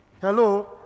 hello